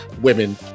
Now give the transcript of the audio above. women